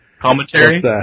Commentary